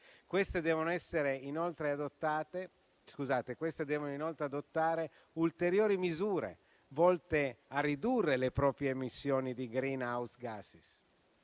Queste devono inoltre adottare ulteriori misure volte a ridurre le proprie emissioni di *green house gas*.